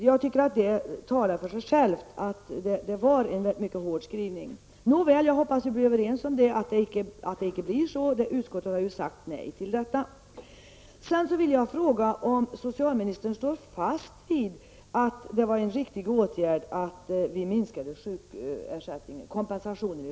Jag tycker att det klart visar att det var en mycket hård skrivning. Nåväl, jag hoppas att vi är överens om att det blir så som utskottet har sagt, dvs. ett nej till detta.